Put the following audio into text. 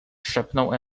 szepnął